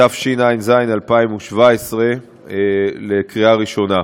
התשע"ז 2017, לקריאה ראשונה.